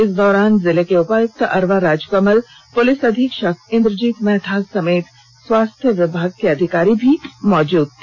इस दौरान जिले के उपायुक्त अरवा राजकमल पुलिस अधीक्षक इंद्रजीत महाथा समेत स्वास्थ्य विभाग के अधिकारी भी मौजुद रहे